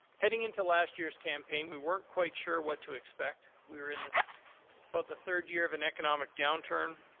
heading into last year's campaign, we weren't quite sure what to expect. we were in this about but the third year of an economic downturn.